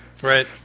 Right